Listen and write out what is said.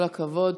כל הכבוד.